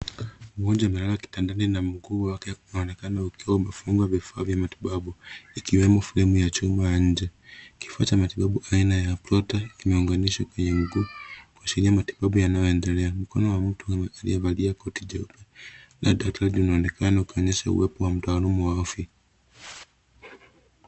Mgonjwa amelala kitandani na mguu wake unaonekana ukiwa umefungwa vifaa vya matibabu, ikiwemo fremu ya chuma ya nje. Kifaa cha matibabu aina ya prota kimeunganishwa kwenye miguu kuashiria matibabu yanayoendelea. Mkono wa mtu anayevalia koti jeupe unaonyesha uwepo wa mtaalamu wa afya.